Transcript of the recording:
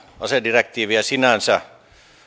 asedirektiiviä sinänsä